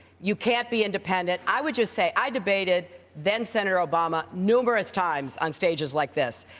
you can't be independent. i would just say, i debated then senator obama numerous times on stages like this,